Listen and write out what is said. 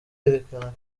yerekana